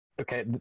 okay